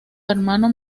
hermano